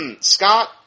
Scott